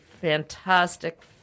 fantastic